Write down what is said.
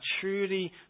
truly